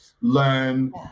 learn